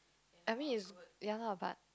I mean is ya lah but